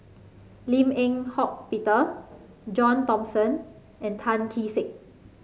Lim Eng Hock Peter John Thomson and Tan Kee Sek